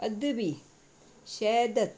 अदिबी शहद